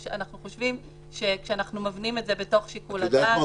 אנחנו חושבים שכשאנחנו מבנים את זה בתוך שיקול הדעת --- את יודעת מה?